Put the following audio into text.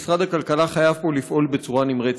משרד הכלכלה חייב לפעול פה בצורה נמרצת.